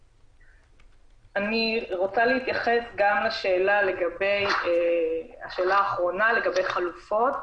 אני רוצה להתייחס גם לשאלה האחרונה לגבי חלופות.